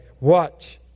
Watch